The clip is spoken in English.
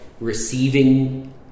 receiving